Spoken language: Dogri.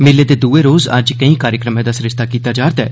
मेले दे दुए रोज अज्ज कैई कार्यक्रमें दा सरिस्ता कीता जा रदा ऐ